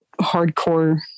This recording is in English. hardcore